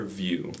view